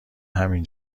همین